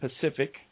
Pacific